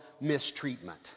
mistreatment